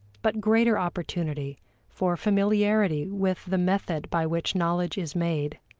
but greater opportunity for familiarity with the method by which knowledge is made.